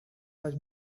was